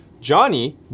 Johnny